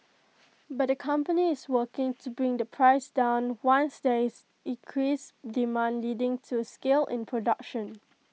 but the company is working to bring the price down once there is increased demand leading to scale in production